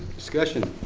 discussion.